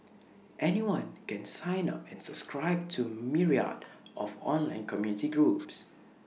anyone can sign up and subscribe to myriad of online community groups